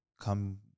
come